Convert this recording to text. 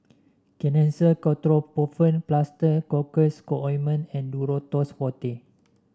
Kenhancer Ketoprofen Plaster Cocois Co Ointment and Duro Tuss Forte